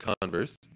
converse